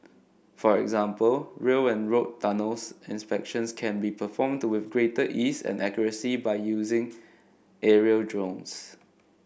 for example rail and road tunnels inspections can be performed with greater ease and accuracy by using aerial drones